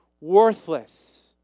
worthless